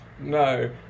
No